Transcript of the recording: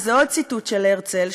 וזה עוד ציטוט של הרצל,